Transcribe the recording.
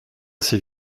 ces